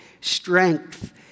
strength